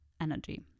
energy